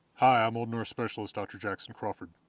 hi, i'm old norse specialist dr. jackson crawford.